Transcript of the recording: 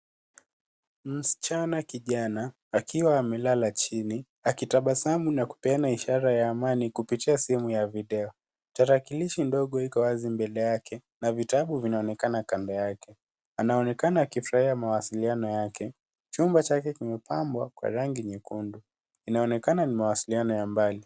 Msichana kijana akiwa amelala chini, akitabasamu na kupeana ishara ya amani kupitia simu yake ya video. Tarakilishi ndogo iko wazi mbele yake na vitabu vinaonekana kando yake. Anaonekana akifurahia mawasiliano yake. Chumba chake kimepambwa kwa rangi nyekundu. Inaonekana ni mawasiliano ya mbali.